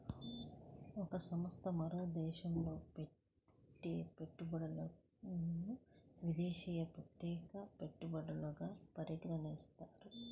ఒక సంస్థ మరో దేశంలో పెట్టే పెట్టుబడులను విదేశీ ప్రత్యక్ష పెట్టుబడులుగా పరిగణిస్తారు